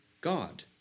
God